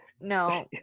No